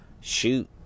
shoot